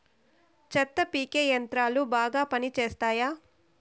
చెత్త పీకే యంత్రాలు బాగా పనిచేస్తాయా?